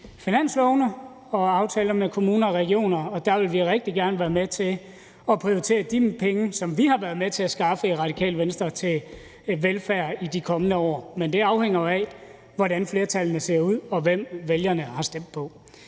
finanslovene og i aftaler med kommuner og regioner, og der vil vi rigtig gerne være med til at prioritere de penge, som vi har været med til at skaffe i Radikale Venstre til velfærd i de kommende år. Men det afhænger jo af, hvordan flertallene ser ud, og hvem vælgerne har stemt på.